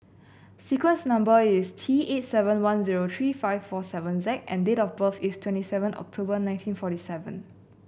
sequence number is T eight seven one zero three four seven Z and date of birth is twenty seven October nineteen forty seven